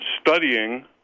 studying